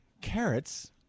Carrots